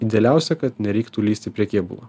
idealiausia kad nereiktų lįsti prie kėbulo